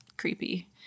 creepy